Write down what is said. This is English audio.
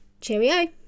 Cheerio